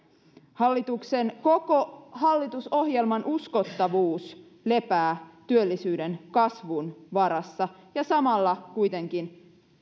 hallituksen koko hallitusohjelman uskottavuus lepää työllisyyden kasvun varassa ja samalla kuitenkin